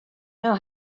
know